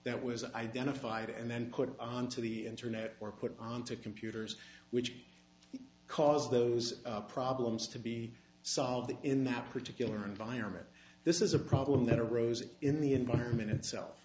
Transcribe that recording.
that was identified and then put onto the internet or put on to computers which caused those problems to be solved in that particular environment this is a problem that arose in the environment itself